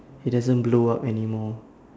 he doesn't blow up anymore